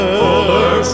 fuller